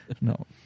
No